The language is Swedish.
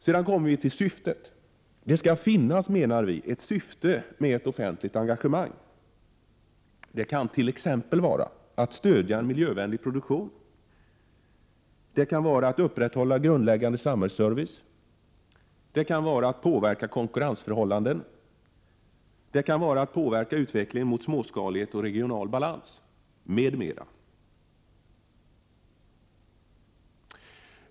Så kommer vi till syftet med verksamheten. Vi menar att det skall finnas ett syfte med ett offentligt engagemang. Det kan t.ex. handla om att stödja en miljövänlig produktion, att upprätthålla grundläggande samhällsservice, att påverka konkurrensförhållanden eller att påverka utvecklingen mot småskalighet och regional balans m.m.